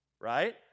right